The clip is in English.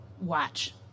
Watch